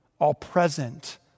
all-present